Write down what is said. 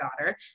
daughter